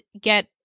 get